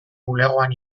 bulegoan